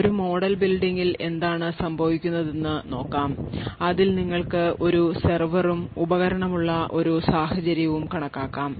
ഒരു മോഡൽ ബിൽഡിംഗിൽ എന്താണ് സംഭവിക്കുന്നത് എന്ന് നോക്കാം അതിൽ നിങ്ങൾക്ക് ഒരു സെർവറും ഉപകരണവുമുള്ള ഒരു സാഹചര്യം പരിഗണിക്കാം